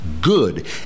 good